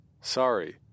Sorry